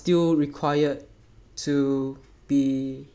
are still required to be